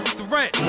threat